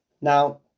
now